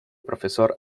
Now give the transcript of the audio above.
profesor